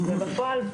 ובפועל,